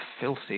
filthy